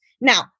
Now